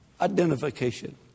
Identification